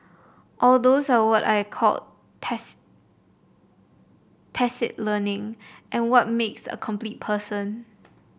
all those are what I call tacit learning and what makes a complete person